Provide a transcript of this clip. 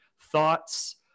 thoughts